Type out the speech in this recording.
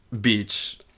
Beach